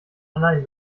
allein